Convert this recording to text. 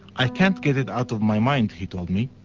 i can't get it out of my mind, he told me.